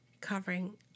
covering